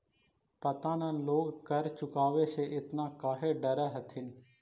पता न लोग कर चुकावे से एतना काहे डरऽ हथिन